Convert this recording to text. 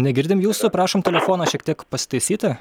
negirdim jūsų prašom telefoną šiek tiek pasitaisyti